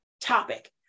topic